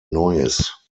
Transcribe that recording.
neues